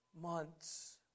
months